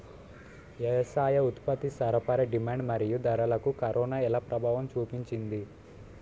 వ్యవసాయ ఉత్పత్తి సరఫరా డిమాండ్ మరియు ధరలకు కరోనా ఎలా ప్రభావం చూపింది